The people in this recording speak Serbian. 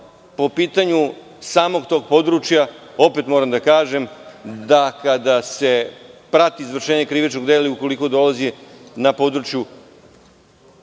po pitanju samog tog područja, opet moram da kažem da, kada se prati izvršenje krivičnog dela, ukoliko dolazi na području